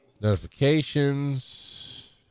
Notifications